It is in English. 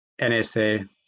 NSA